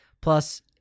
Plus